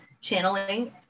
channeling